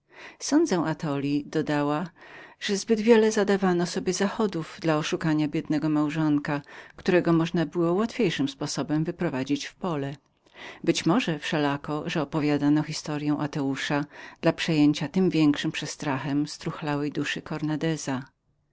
sądzę atoli dodała że zbyt wiele zadawano sobie zachodów dla oszukania biednego małżonka którego można było łatwiejszym sposobem wyprowadzić w pole być może wszelako że opowiadano historyę ateusza dla przejęcia tym większym przestrachom struchlałej duszy